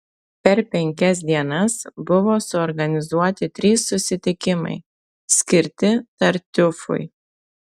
per penkias dienas buvo suorganizuoti trys susitikimai skirti tartiufui